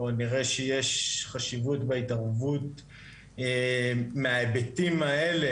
או נראה שיש חשיבות בהתערבות מההיבטים האלה,